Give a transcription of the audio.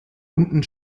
unten